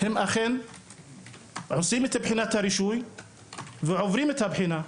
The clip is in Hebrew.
הם אכן עושים את בחינת הרישוי ועוברים את הבחינה,